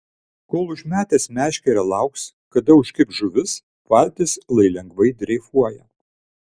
kol užmetęs meškerę lauks kada užkibs žuvis valtis lai lengvai dreifuoja